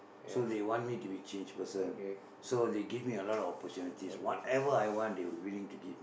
so they want me to be change person so they give me a lot opportunities whatever I want they will willing to give